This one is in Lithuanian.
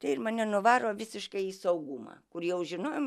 tai ir mane nuvaro visiškai į saugumą kur jau žinojom